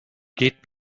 geht